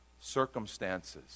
circumstances